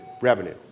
revenue